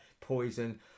Poison